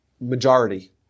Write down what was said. majority